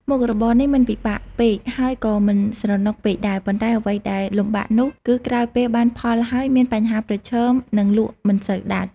មុខរបរនេះមិនលំបាកពេក ហើយក៏មិនស្រណុកពេកដែរ ប៉ុន្តែអ្វីដែលលំបាកនោះ គឺក្រោយពេលបានផលហើយមានបញ្ហាប្រឈម និងលក់មិនសូវដាច់ ។